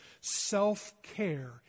Self-care